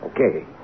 Okay